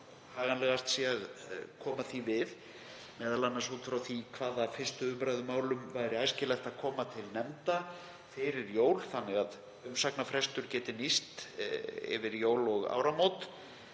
haganlegast sé að koma því við, m.a. út frá því hvaða málum í 1. umr. væri æskilegt að koma til nefnda fyrir jól þannig að umsagnarfrestur geti nýst yfir jól og áramót.